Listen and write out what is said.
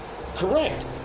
Correct